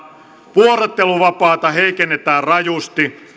vuorotteluvapaata heikennetään rajusti